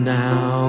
now